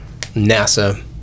NASA